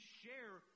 share